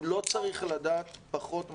הוא לא צריך לדעת פחות מתמטיקה,